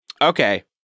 Okay